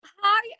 Hi